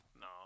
No